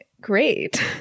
great